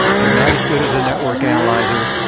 they're not as good as the network analyzer.